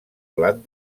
blat